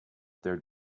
their